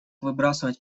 выбрасывать